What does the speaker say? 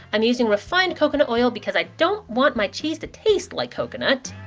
i'm using refined coconut oil because i don't want my cheese to taste like coconut.